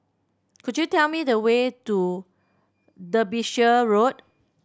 could you tell me the way to Derbyshire Road